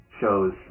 shows